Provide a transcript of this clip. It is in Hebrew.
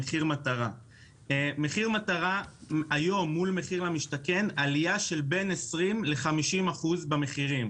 מחיר מטרה היום מול מחיר למשתכן - עלייה של בין 20% ל-50% במחירים.